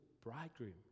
bridegroom